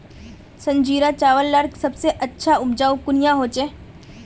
संजीरा चावल लार सबसे अच्छा उपजाऊ कुनियाँ होचए?